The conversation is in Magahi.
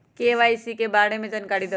के.वाई.सी के बारे में जानकारी दहु?